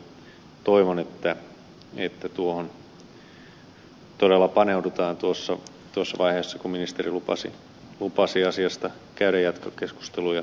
toivon että tuohon todella paneudutaan tuossa vaiheessa kun ministeri lupasi asiasta käydä jatkokeskusteluja